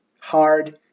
hard